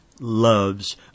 loves